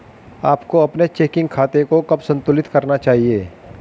आपको अपने चेकिंग खाते को कब संतुलित करना चाहिए?